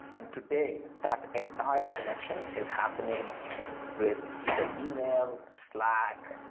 and today, that entire connection is happening with either email, slack,